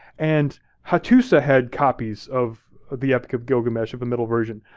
and hattusa had copies of the epic of gilgamesh, of the middle version.